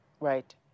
Right